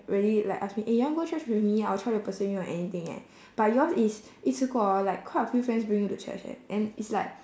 really like ask me eh you want go to church with me or try to persuade me or anything eh but yours is 一次过 hor like quite a few friends bring you to church eh and it's like